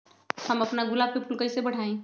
हम अपना गुलाब के फूल के कईसे बढ़ाई?